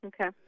Okay